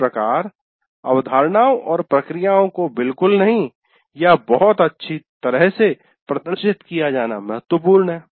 इस प्रकार अवधारणाओं और प्रक्रियाओं को बिल्कुल नहीं या बहुत अच्छी तरह से प्रदर्शित किया जाना महत्वपूर्ण है